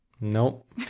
nope